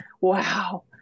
wow